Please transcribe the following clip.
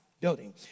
building